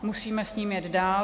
Musíme s ním jet dál.